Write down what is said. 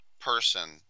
person